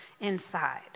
inside